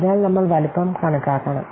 അതിനാൽ നമ്മൾ വലുപ്പം കണക്കാക്കണം